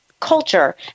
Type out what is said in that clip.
Culture